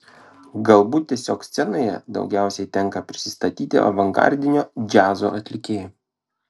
galbūt tiesiog scenoje daugiausiai tenka prisistatyti avangardinio džiazo atlikėju